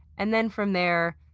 and then from there,